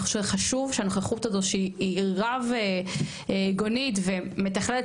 חשוב שהנוכחות הזאת שהיא רבגונית ומתכללת